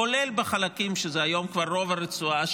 כולל בחלקים שזה היום כבר רוב הרצועה,